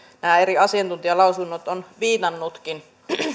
nämä eri asiantuntijalausunnot ovat viitanneetkin